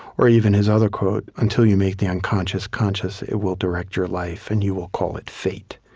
or even his other quote, until you make the unconscious conscious, it will direct your life, and you will call it fate.